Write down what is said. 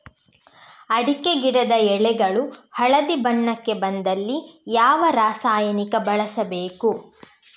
ಅಡಿಕೆ ಗಿಡದ ಎಳೆಗಳು ಹಳದಿ ಬಣ್ಣಕ್ಕೆ ಬಂದಲ್ಲಿ ಯಾವ ರಾಸಾಯನಿಕ ಬಳಸಬೇಕು?